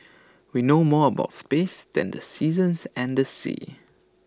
we know more about space than the seasons and the seas